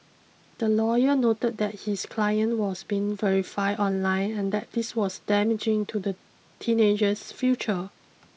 the lawyer noted that his client was being verified online and that this was damaging to the teenager's future